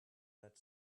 that